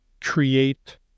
create